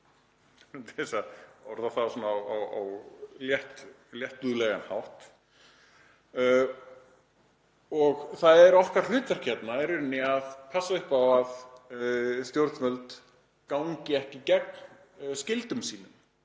það er okkar hlutverk hérna í rauninni að passa upp á að stjórnvöld gangi ekki gegn skyldum sínum